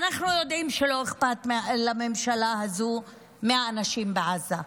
אנחנו יודעים שלא אכפת לממשלה הזו מהאנשים בעזה.